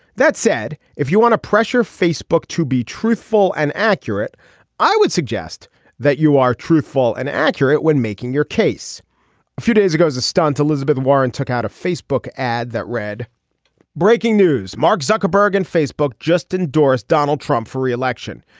that said if you want to pressure facebook to be truthful and accurate i would suggest that you are truthful and accurate when making your case a few days ago as stunt elizabeth warren took out a facebook ad that read breaking news mark zuckerberg and facebook just endorsed donald trump for re-election.